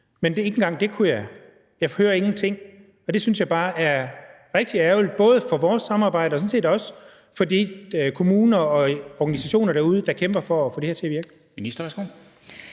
men ikke engang det kunne jeg. Jeg hører ingenting. Det synes jeg bare er rigtig ærgerligt både for vores samarbejde og sådan set også for de kommuner og organisationer derude, der kæmper for at få det her til at virke. Kl.